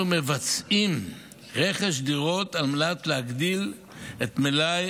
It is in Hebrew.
אנחנו מבצעים רכש דירות על מנת להגדיל את מלאי